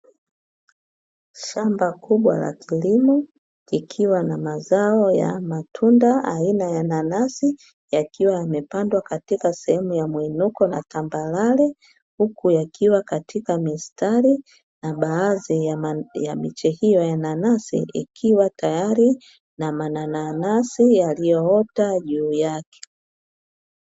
Shamba kubwa la kilimo, likiwa na mazao ya matunda aina ya nanasi, yakiwa yamepandwa katika sehemu ya mwinuko na tambarare, huku yakiwa katika mistari na baadhi ya miche hiyo ya nanasi ikiwa tayari na mananasi yaliyoota juu yake.